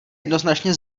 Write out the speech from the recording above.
jednoznačně